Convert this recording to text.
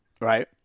Right